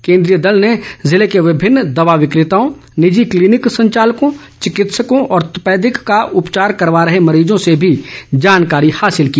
केंद्रीय दल ने जिले के विभिन्न दवा विकेताओं निजी क्लीनिक संचालकों चिकित्सकों और तपेदिक का उपचार करवा रहे मरीजों से भी जानकारी हासिल की